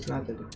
hundred